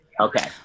Okay